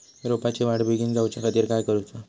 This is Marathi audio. रोपाची वाढ बिगीन जाऊच्या खातीर काय करुचा?